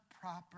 proper